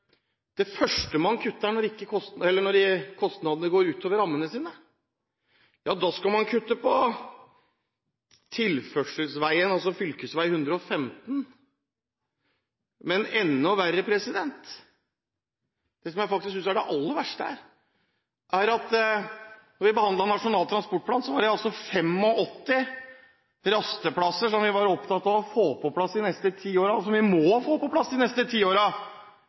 det første man kutter når kostnadene går utover rammene sine, er tilførselsveien, altså fv. 115. Men enda verre, og som jeg synes er det aller verste her, er at da vi behandlet Nasjonal transportplan, var det 85 rasteplasser som vi var opptatt av å få på plass de neste ti årene, og som vi må få på plass de neste ti